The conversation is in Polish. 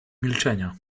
milczenia